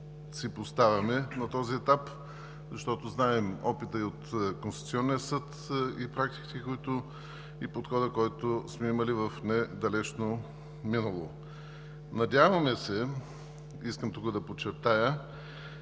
си поставяме на този етап, защото знаем опита и от Конституционния съд, и практиките, и подхода, които сме имали в недалечно минало. Надяваме се, искам тук да подчертая,